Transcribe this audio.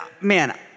man